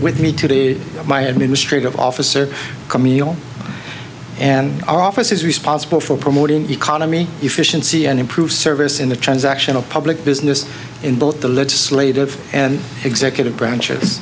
with me today my administrative officer camille and our office is responsible for promoting economy efficiency and improve service in the transaction a public business in both the legislative and executive branch